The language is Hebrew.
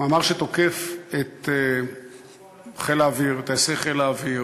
מאמר שתוקף את חיל האוויר, את טייסי חיל האוויר,